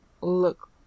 look